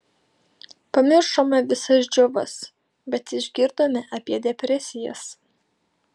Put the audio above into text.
pamiršome visas džiovas bet išgirdome apie depresijas